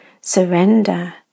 surrender